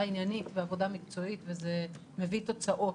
עניינית ועבודה מקצועית וזה מביא תוצאות.